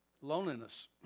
Loneliness